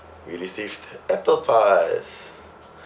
we received apple pies